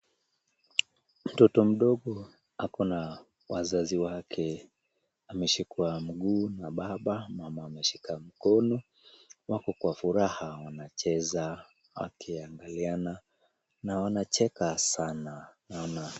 Mtoto mdogo akona wazazi wake. Ameshikwa mguu na baba, mama ameshika mkono. Wako kwa furaha wanacheza wakiangaliana na wanacheka sana naona.